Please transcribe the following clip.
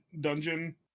dungeon